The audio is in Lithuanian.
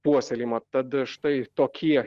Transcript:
puoselėjimą tad štai tokie